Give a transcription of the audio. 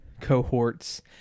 cohorts